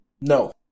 No